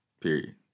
period